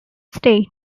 state